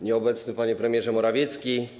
Nieobecny Panie Premierze Morawiecki!